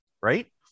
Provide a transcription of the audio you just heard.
Right